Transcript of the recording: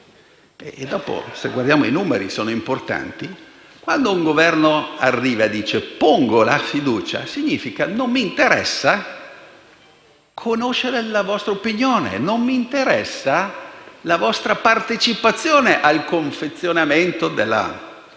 nella fiducia i numeri sono importanti e quando un Governo arriva e dice: «Pongo la fiducia», ciò significa: «Non mi interessa conoscere la vostra opinione. Non mi interessa la vostra partecipazione al confezionamento della